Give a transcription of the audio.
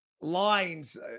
lines